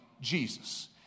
Jesus